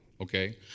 Okay